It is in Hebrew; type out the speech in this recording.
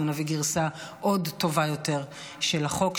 נביא גרסה עוד טובה יותר של החוק,